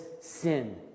sin